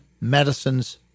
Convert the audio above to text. medicine's